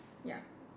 ya